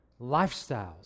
lifestyles